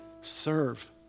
serve